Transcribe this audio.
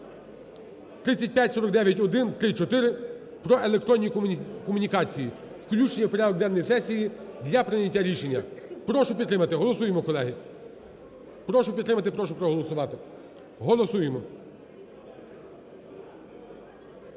3549-1, 3, 4, про електронні комунікації. Включення в порядок денний сесії для прийняття рішення. Прошу підтримати, голосуємо, колеги. Прошу підтримати, прошу проголосувати. Голосуємо!